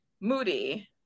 Moody